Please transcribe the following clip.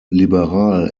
liberal